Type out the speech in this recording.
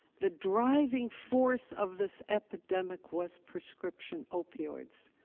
the driving force of this epidemic was prescription opioids.